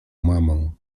mamą